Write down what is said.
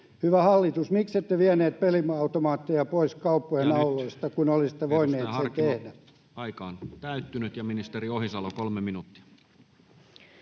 Hyvä hallitus, miksette vieneet peliautomaatteja pois kauppojen auloista, kun olisitte voineet sen tehdä? Nyt, edustaja Harkimo, aika on nyt täyttynyt. — Ja ministeri Ohisalo, 3 minuuttia.